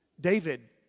David